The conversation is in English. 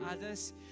others